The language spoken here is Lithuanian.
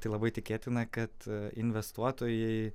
tai labai tikėtina kad investuotojai